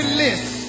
list